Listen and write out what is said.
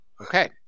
Okay